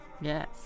Yes